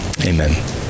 Amen